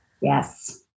Yes